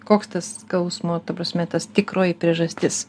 koks tas skausmo ta prasme tas tikroji priežastis